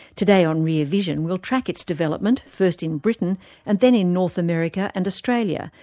today on rear vision, we'll track its development first in britain and then in north america and australia,